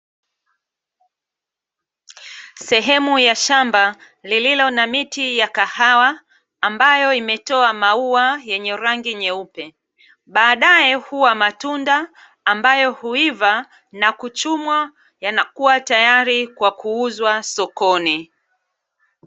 Sehemu ya shamba lililo na miti ya kahawa ambayo imetoa maua yenye rangi nyeupe, baadae huwa matunda ambayo huiva na kuchumwa yanakuwa tayari kwa kuuzwa sokoni.